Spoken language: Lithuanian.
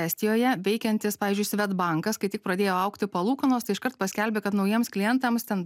estijoje veikiantis pavyzdžiui svedbankas kai tik pradėjo augti palūkanos tai iškart paskelbė kad naujiems klientams ten